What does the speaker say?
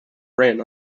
ran